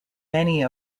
many